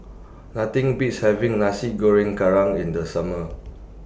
Nothing Beats having Nasi Goreng Kerang in The Summer